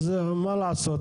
אז מה לעשות?